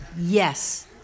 Yes